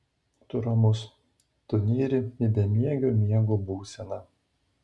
tu ramus tu nyri į bemiegio miego būseną